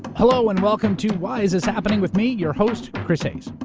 hello and welcome to why is this happening? with me your host, chris hayes.